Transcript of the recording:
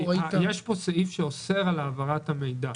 יש פה סעיף שאוסר על העברת המידע.